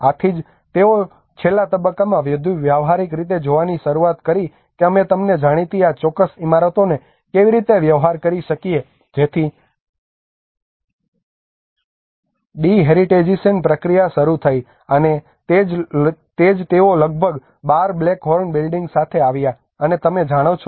આથી જ તેઓએ છેલ્લા તબક્કામાં વધુ વ્યવહારિક રીતે જોવાની શરૂઆત કરી કે અમે તમને જાણીતી આ ચોક્કસ ઇમારતોને કેવી રીતે વ્યવહાર કરી શકીએ જેથી ડી હેરીટેજીઝેશન પ્રક્રિયા શરૂ થઈ અને તે જ તેઓ લગભગ 12 બ્લેક હોર્ન બિલ્ડિંગ્સ સાથે આવ્યા અને તમે જાણો છો